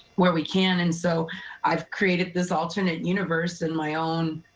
where we can. and so i've created this alternate universe in my own